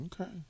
Okay